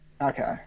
Okay